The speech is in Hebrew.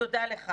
תודה לך.